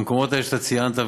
במקומות האלה שציינת,